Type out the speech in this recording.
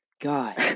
God